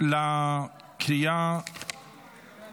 בקריאה